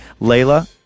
Layla